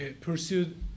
pursued